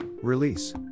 release